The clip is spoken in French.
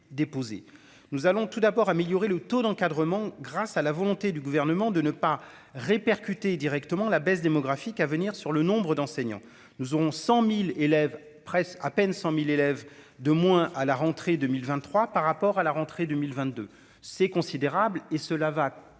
déposé, nous allons tout d'abord améliorer le taux d'encadrement grâce à la volonté du gouvernement de ne pas répercuter directement la baisse démographique à venir sur le nombre d'enseignants, nous aurons 100000 élèves presse à peine 100000 élèves de moins à la rentrée 2023 par rapport à la rentrée 2022, c'est considérable, et cela va